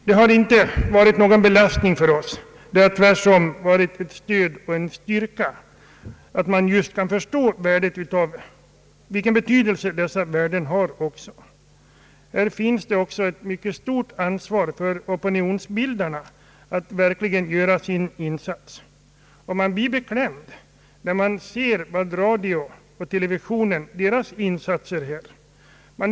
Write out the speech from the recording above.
Det har inte varit någon belastning för oss utan tvärtom ett stöd och en styrka att kunna förstå och känna vilken betydelse dessa värden har. Opinionsbildarna har också ett mycket stort ansvar. Man blir beklämd när man lägger märke till radions och televisionens insatser.